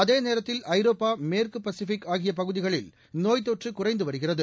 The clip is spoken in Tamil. அதேநேரத்தில் ஐரோப்பா மேற்குபசிபிக் ஆகியபகுதிகளில் நோய்த்தொற்றுகுறைந்துவருகிறது